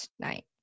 tonight